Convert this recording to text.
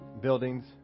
buildings